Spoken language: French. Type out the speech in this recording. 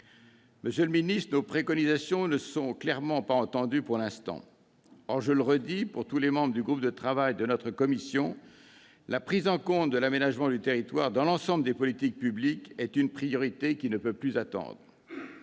Monsieur le ministre, nos préconisations ne sont clairement pas entendues pour l'instant. Or, je le redis, aux yeux de tous les membres du groupe de travail de notre commission, la prise en compte de l'aménagement du territoire dans l'ensemble des politiques publiques est une priorité qui ne peut plus attendre.